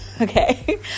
okay